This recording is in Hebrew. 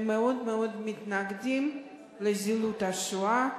הם מאוד מאוד מתנגדים לזילות השואה,